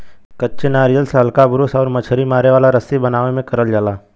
कच्चे नारियल से हल्का ब्रूस आउर मछरी मारे वाला रस्सी बनावे में करल जाला